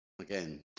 Again